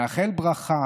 נאחל ברכה,